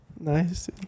nice